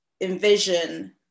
envision